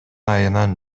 айынан